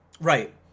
Right